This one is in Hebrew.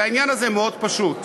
והעניין הזה מאוד פשוט.